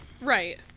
Right